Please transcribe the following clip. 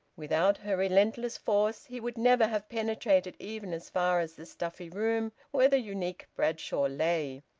without her relentless force, he would never have penetrated even as far as the stuffy room where the unique bradshaw lay.